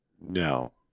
No